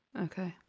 Okay